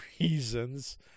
reasons